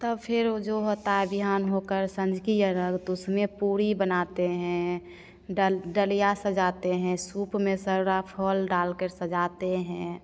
तब फिर वो जो होता है बिहान होकर साँझ की अरघ तो उसमें पूड़ी बनाते हैं डल डलिया सजाते हैं सूप में सारा फल डाल कर सजाते हैं